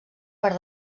per